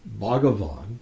Bhagavan